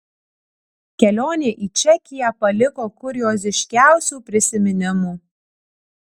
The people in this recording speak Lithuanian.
kelionė į čekiją paliko kurioziškiausių prisiminimų